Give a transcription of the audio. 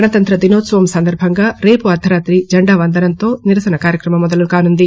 గణతంత్ర దినోత్సవం సందర్బంగా రేపు అర్దరాత్రి జెండా వందనంతో నిరసనకార్యక్రమం మొదలు కానుంది